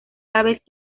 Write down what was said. aves